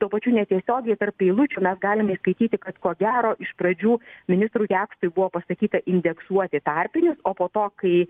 tuo pačiu netiesiogiai tarp eilučių mes galime išskaityti kad ko gero iš pradžių ministrui jakštui buvo pasakyta indeksuoti tarpinius o po to kai